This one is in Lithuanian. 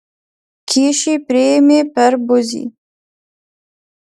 kyšį priėmė per buzį